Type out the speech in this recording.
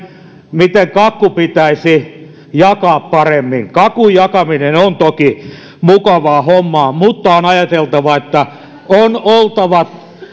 miten kakku pitäisi jakaa paremmin kakun jakaminen on toki mukavaa hommaa mutta on ajateltava että on oltava